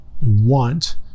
want